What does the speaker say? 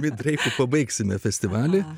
mitriai pabaigsime festivalį